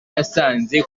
yasanze